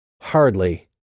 Hardly